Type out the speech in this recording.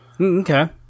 Okay